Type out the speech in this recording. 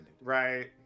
Right